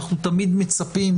אנחנו תמיד מצפים